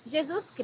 Jesus